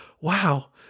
wow